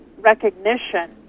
recognition